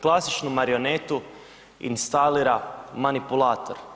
Klasičnu marionetu instalira manipulator.